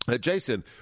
Jason